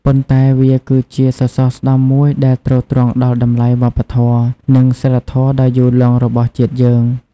ប៉ុន្តែវាគឺជា សរសរស្តម្ភ មួយដែលទ្រទ្រង់ដល់តម្លៃវប្បធម៌ និងសីលធម៌ដ៏យូរលង់របស់ជាតិយើង។